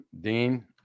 Dean